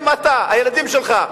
אם הילדים שלך,